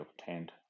obtained